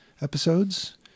episodes